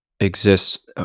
Exists